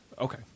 Okay